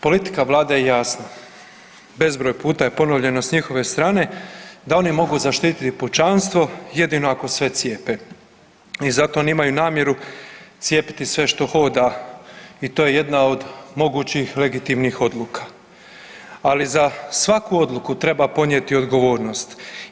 Politika vlade je jasna, bezbroj puta je ponovljeno s njihove strane da oni mogu zaštiti pučanstvo jedino ako sve cijepe i zato oni imaju namjeru cijepiti sve što hoda i to je jedna od mogućih legitimnih odluka, ali za svaku odluku treba ponijeti odgovornost.